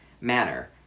manner